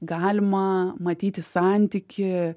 galima matyti santykį